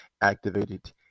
activated